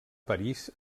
parís